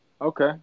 Okay